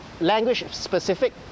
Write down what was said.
language-specific